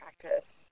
practice